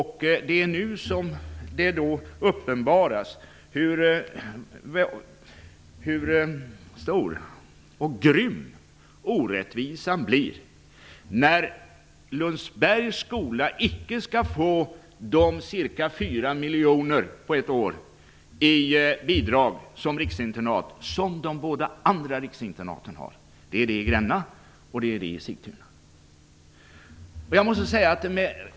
Hur stor och grym orättvisan blir uppenbaras när det står klart att Lundsbergs skola icke som riksinternat skall få de ca 4 miljoner på ett år i bidrag som de båda andra riksinternaten, det i Gränna och det i Sigtuna, har.